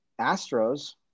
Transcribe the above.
Astros